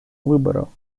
выборов